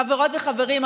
חברות וחברים,